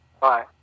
Bye